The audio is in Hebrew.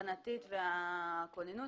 התחנה ואת הכוננות.